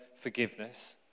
forgiveness